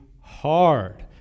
hard